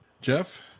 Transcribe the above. Jeff